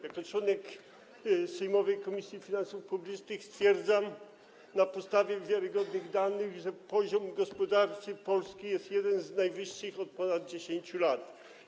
Jako członek sejmowej Komisji Finansów Publicznych stwierdzam na podstawie wiarygodnych danych, że poziom gospodarczy Polski jest jednym z najwyższych od ponad 10 lat.